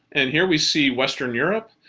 and here we see western europe,